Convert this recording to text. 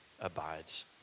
abides